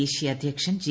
ദേശീയ അധ്യക്ഷൻ ജെ